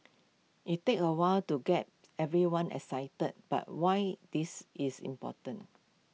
IT takes A while to get everyone excited about why this is important